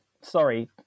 Sorry